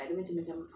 step good good